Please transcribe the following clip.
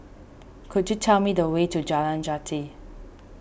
could you tell me the way to Jalan Jati